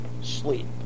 sleep